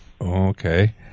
okay